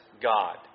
God